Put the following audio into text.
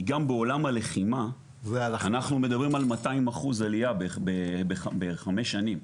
גם בעולם הלחימה ואנחנו מדברים על 200 אחוז עליה בחמש שנים.